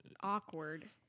Awkward